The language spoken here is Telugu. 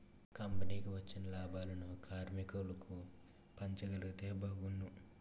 కంపెనీకి వచ్చిన లాభాలను కార్మికులకు పంచగలిగితే బాగున్ను